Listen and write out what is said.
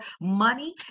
money